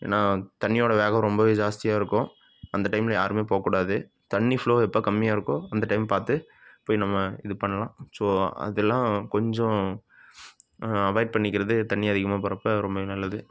ஏன்னால் தண்ணியோடய வேகம் ரொம்பவே ஜாஸ்தியாக இருக்கும் அந்த டைமில் யாருமே போகக்கூடாது தண்ணி ஃப்ளோ எப்போ கம்மியாக இருக்கோ அந்த டைம் பார்த்து போய் நம்ம இது பண்ணலாம் ஸோ அதெல்லாம் கொஞ்சம் அவாய்ட் பண்ணிக்கிறது தண்ணி அதிகமாக போகிறப்ப ரொம்பவே நல்லது